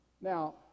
Now